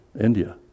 India